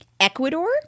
Ecuador